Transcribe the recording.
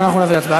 נביא להצבעה.